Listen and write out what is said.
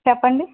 చెప్పండి